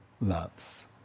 loves